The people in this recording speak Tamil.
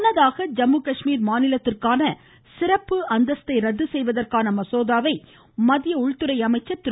முன்னதாக ஜம்மு காஷ்மீர மாநிலத்திற்கான சிறப்பு அந்தஸ்தை ரத்து செய்வதற்கான மசோதாவை மத்திய உள்துறை அமைச்சர் திரு